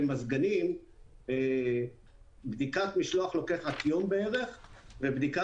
במזגנים בדיקת משלוח לוקחת יום ובדיקה